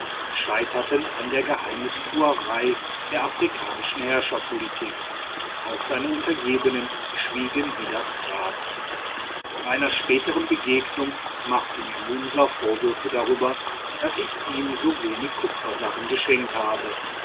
scheiterten an der geheimtuerei der afrikanischen herrscherpolitik auch seine untergebenen schwiegen wie das grab bei einer spätern begegnung machte mir munsa vorwürfe darüber daß ich ihm so wenig kupfersachen geschenkt habe